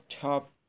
top